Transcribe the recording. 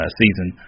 season